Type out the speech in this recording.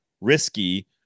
risky